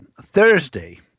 Thursday